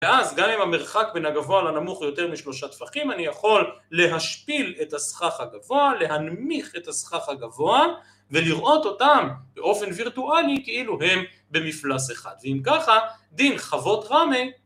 ואז גם עם המרחק בין הגבוה לנמוך יותר משלושה טפחים, אני יכול להשפיל את הסכך הגבוה, להנמיך את הסכך הגבוה ולראות אותם באופן וירטואלי כאילו הם במפלס אחד. ואז ככה, דין, חבות רמי.